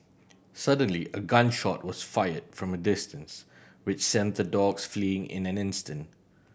suddenly a gun shot was fired from a distance which sent the dogs fleeing in an instant